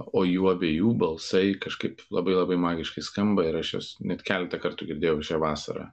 o jų abiejų balsai kažkaip labai labai magiškai skamba ir aš juos net keletą kartų girdėjau šią vasarą